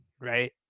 right